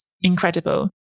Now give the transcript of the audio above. Incredible